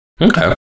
Okay